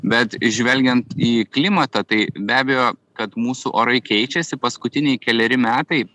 bet žvelgiant į klimatą tai be abejo kad mūsų orai keičiasi paskutiniai keleri metai